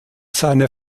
seine